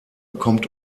kommt